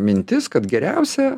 mintis kad geriausia